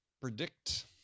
predict